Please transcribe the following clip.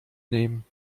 nehmen